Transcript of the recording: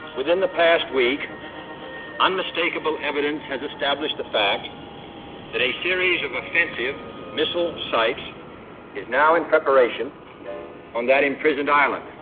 within the past week unmistakable evidence has established the fact that a series of offensive missile sites is now in preparation on that imprisoned island.